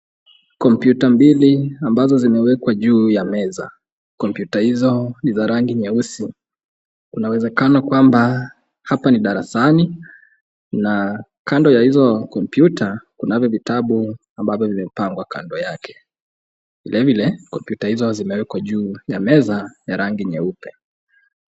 Kompyuta mbili ambazo zimewekwa juu ya meza. Kompyuta hizo ni za rangi nyeusi. Kuna uwezekano kwamba hapa ni darasani na kando ya hizo computer kunavyo vitabu ambavyo vimepangwa kando yake. Vilevile, kompyuta hizo zimewekwa juu ya meza ya rangi nyeupe.